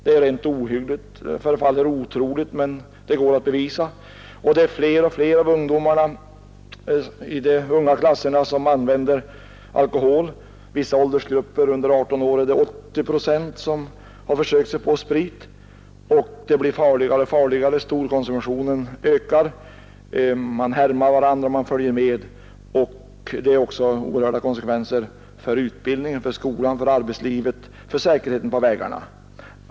Det är rent ohyggligt och förefaller otroligt, men det går att bevisa. Och det är fler och fler av ungdomarna i skolans lägre klasser som använder alkohol. I vissa åldersgrupper under 18 år är det 80 procent som försökt sig på sprit. Det blir farligare och farligare — storkonsumtionen ökar. Ungdomarna härmar varandra, de följer med, och det blir också oerhörda konsekvenser för utbildningen, för skolan, för arbetslivet och för säkerheten på vägarna.